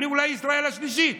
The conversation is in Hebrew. אני אולי ישראל השלישית,